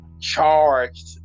charged